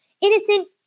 innocent